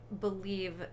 believe